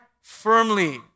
firmly